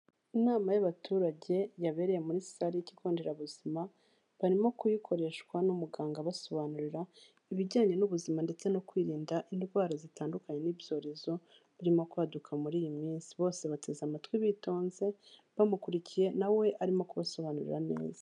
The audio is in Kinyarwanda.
Inama y'abaturage yabereye muri salle y'ikigo nderabuzima, barimo kuyikoreshwa n'umuganga abasobanurira ibijyanye n'ubuzima ndetse no kwirinda indwara zitandukanye n'ibyorezo, birimo kwaduka muri iyi minsi, bose bateze amatwi bitonze, bamukurikiye nawe arimo kubasobanurira neza.